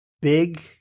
big